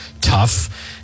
tough